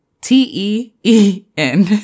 T-E-E-N